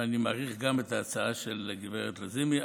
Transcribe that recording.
ואני מעריך גם את ההצעה של הגב' לזימי,